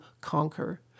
conquer